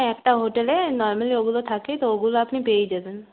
হ্যাঁ একটা হোটেলে নর্মালি ওগুলো থাকে তো ওগুলো আপনি পেয়েই যাবেন